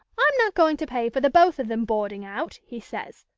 i'm not going to pay for the both of them boarding out he says.